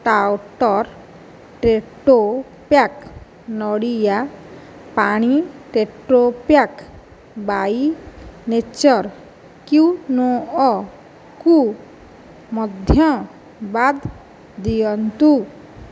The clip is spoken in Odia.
ଟାଉଟର୍ ଟେଟୋପ୍ୟାକ୍ ନଡ଼ିଆ ପାଣି ଟେଟୋପ୍ୟାକ୍ ବାଇନେଚର୍ କ୍ୟୁନୋଆକୁ ମଧ୍ୟ ବାଦ୍ ଦିଅନ୍ତୁ